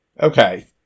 Okay